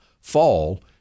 fall